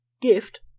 Gift